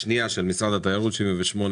אבל ביקשנו לראות איך משלבים אותם.